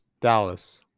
Dallas